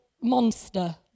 monster